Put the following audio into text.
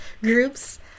groups